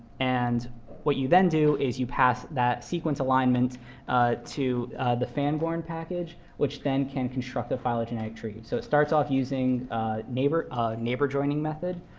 and what you then do is you pass that sequence alignment to the phangorn package, which then can construct the phylogenetic tree. so it starts off using neighbor-joining neighbor-joining method,